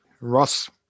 Ross